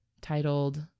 titled